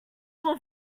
more